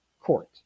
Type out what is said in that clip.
court